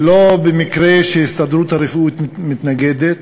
לא במקרה ההסתדרות הרפואית מתנגדת.